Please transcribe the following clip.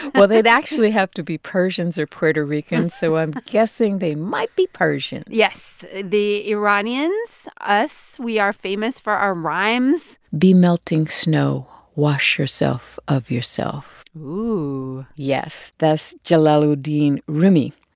well, they'd actually have to be persians or puerto ricans. so i'm guessing they might be persians yes, the iranians us we are famous for our rhymes be melting snow wash yourself of yourself ooh yes, that's jalaluddin rumi.